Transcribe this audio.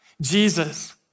Jesus